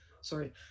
sorry